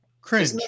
Cringe